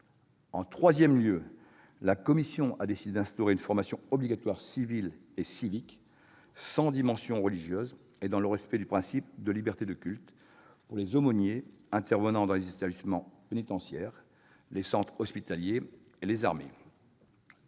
En troisième lieu, la commission a décidé d'instituer une formation obligatoire civile et civique, sans dimension religieuse et dans le respect du principe de liberté de culte, pour les aumôniers intervenant dans les établissements pénitentiaires, les centres hospitaliers et les armées.